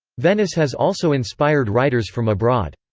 venice has also inspired writers from abroad.